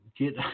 get